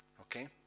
Okay